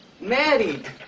Married